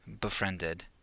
befriended